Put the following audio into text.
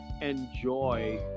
enjoy